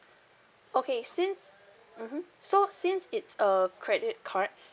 okay since mmhmm so since it's a credit card